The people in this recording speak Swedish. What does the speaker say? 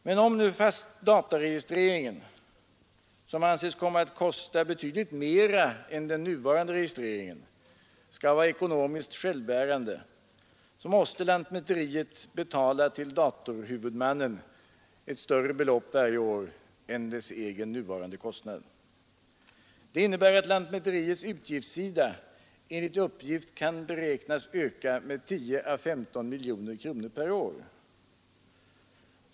Men om nu dataregistreringen, som anses komma att kosta mer än den nuvarande registreringen, skall vara ekonomiskt självbärande, måste lantmäteriet betala till datorhuvudmannen ett större belopp varje år än dess egen nuvarande kostnad. Det innebär att lantmäteriets utgiftssida enligt uppgift kan beräknas öka med 10 å 15 miljoner kronor per år.